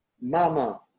Mama